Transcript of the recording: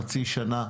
חצי שנה,